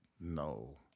No